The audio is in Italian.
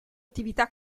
attività